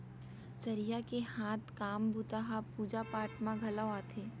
चरिहा के हाथ काम बूता ह पूजा पाठ म घलौ आथे